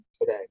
today